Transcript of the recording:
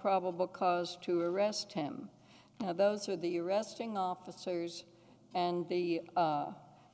probable cause to arrest him those are the arresting officers and the